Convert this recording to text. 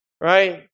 Right